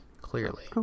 Clearly